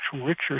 richer